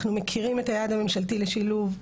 אנחנו מכירים את היעד הממשלתי לשילוב,